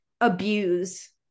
abuse